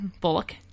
Bullock